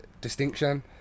distinction